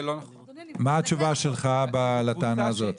מה התשובה שלך לטענה הזאת?